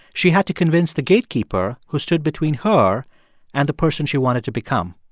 she had to convince the gatekeeper who stood between her and the person she wanted to become.